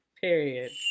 Period